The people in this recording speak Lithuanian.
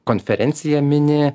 konferencija mini